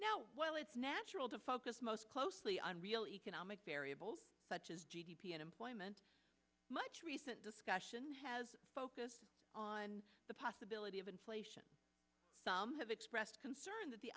now while it's natural to focus most closely on real economic variables such as g d p and employment much recent discussion has focused on the possibility of inflation some have expressed concern that the